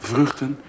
Vruchten